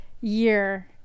year